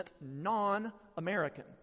non-American